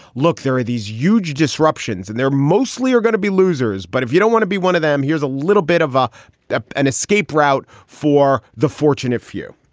look, there are these huge disruptions and there mostly are going to be losers. but if you don't want to be one of them, here's a little bit of ah an escape route for the fortunate few